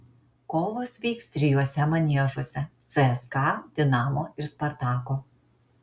kovos vyks trijuose maniežuose cska dinamo ir spartako